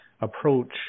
approach